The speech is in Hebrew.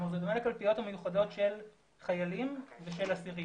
זה דומה לקלפיות המיוחדות של חיילים ושל אסירים.